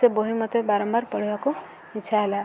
ସେ ବହି ମୋତେ ବାରମ୍ବାର ପଢ଼ିବାକୁ ଇଚ୍ଛା ହେଲା